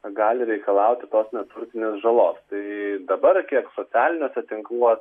gali reikalauti tos neturtinės žalos tai dabar kiek socialiniuose tinkluose